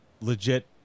legit